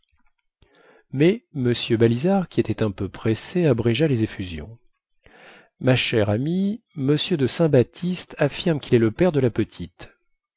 mais m balizard qui était un peu pressé abrégea les effusions ma chère amie m de saint baptiste affirme quil est le père de la petite